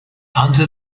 under